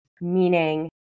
meaning